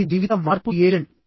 అది జీవిత మార్పు ఏజెంట్